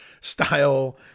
style